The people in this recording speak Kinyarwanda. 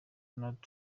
donald